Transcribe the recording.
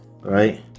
right